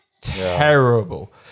terrible